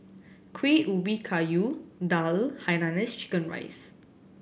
Kueh Ubi Kayu daal Hainanese chicken rice